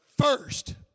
first